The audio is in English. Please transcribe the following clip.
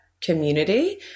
community